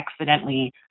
accidentally